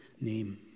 name